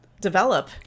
develop